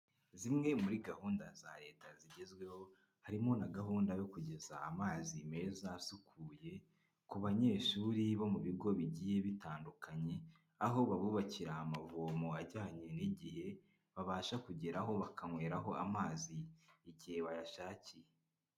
Zimwe muri gahunda za leta zigezweho, harimo na gahunda yo kugeza amazi meza, asukuye, ku banyeshuri bo mu bigo bigiye bitandukanye, aho babubakira amavomo ajyanye n'igihe, babasha kugeraho bakanyweraho amazi, igihe bayashakiye.